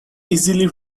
easily